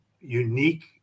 unique